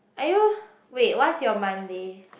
[aiyo] wait what's your Monday